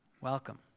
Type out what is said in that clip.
Welcome